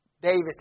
David